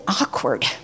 awkward